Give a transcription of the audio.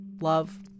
love